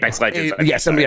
yes